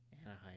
anaheim